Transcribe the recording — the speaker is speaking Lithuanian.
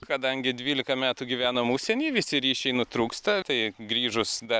kadangi dvylika metų gyvenom užsienyje visi ryšiai nutrūksta tai grįžus dar